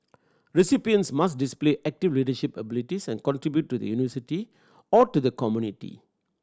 recipients must display active leadership abilities and contribute to the University or to the community